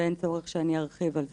ואין צורך שאני ארחיב על זה.